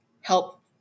help